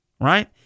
Right